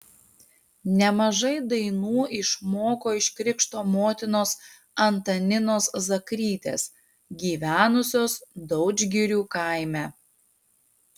nemažai dainų išmoko iš krikšto motinos antaninos zakrytės gyvenusios daudžgirių kaime